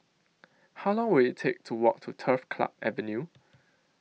How Long Will IT Take to Walk to Turf Club Avenue